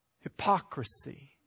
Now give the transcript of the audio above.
hypocrisy